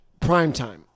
primetime